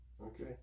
okay